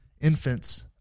infants